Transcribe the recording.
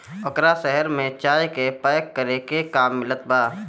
ओकरा शहर में चाय के पैक करे के काम मिलत बा